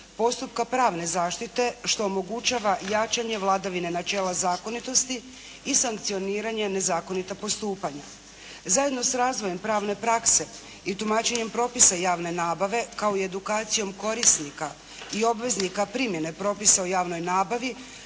postupka pravne zaštite što omogućava jačanje vladavine načela zakonitosti i sankcioniranje nezakonita postupanja. Zajedno s razvojem pravne prakse i tumačenjem propisa javne nabave kao i edukacijom korisnika i obveznika primjene propisa o javnoj nabavi